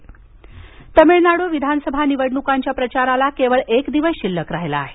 तमिळनाडू प्रचार तमिळनाडू विधानसभा निवडणुकांच्या प्रचाराला केवळ एक दिवस शिल्लक राहिला आहे